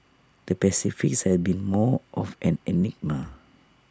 the Pacific has been more of an enigma